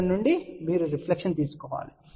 ఇక్కడ నుండి మీరు రిఫ్లెక్షన్ తీసుకోండి